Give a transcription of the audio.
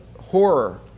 horror